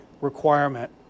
requirement